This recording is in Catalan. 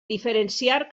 diferenciar